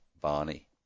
Barney